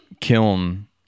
kiln